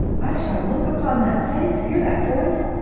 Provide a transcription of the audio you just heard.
i shall look upon that face, hear that voice,